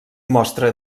mostra